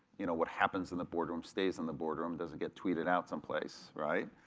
you know what happens in the boardroom stays in the boardroom, doesn't get tweeted out someplace, right?